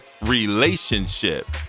relationship